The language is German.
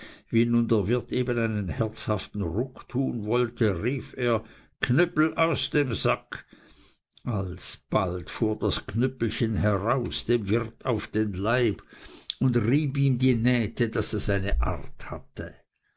wie nun der wirt eben einen herzhaften ruck tun wollte rief er knüppel aus dem sack alsbald fuhr das knüppelchen heraus dem wirt auf den leib und rieb ihm die nähte daß es eine art hatte